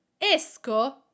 esco